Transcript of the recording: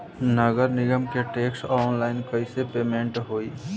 नगर निगम के टैक्स ऑनलाइन कईसे पेमेंट होई?